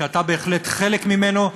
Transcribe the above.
שאתה בהחלט חלק ממנו,